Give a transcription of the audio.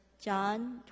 John